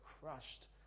crushed